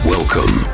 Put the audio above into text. Welcome